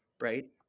right